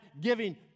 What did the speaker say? giving